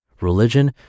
religion